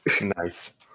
Nice